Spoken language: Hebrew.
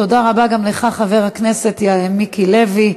תודה רבה גם לך, חבר הכנסת מיקי לוי.